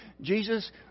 Jesus